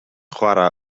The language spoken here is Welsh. chwarae